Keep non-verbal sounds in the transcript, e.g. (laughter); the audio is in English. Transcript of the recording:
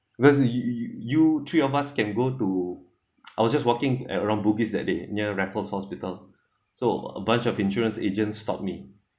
because you you you three of us can go to (noise) I was just walking at around bugis that day near raffles hospital so a bunch of insurance agents stopped me